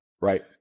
right